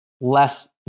less